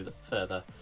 further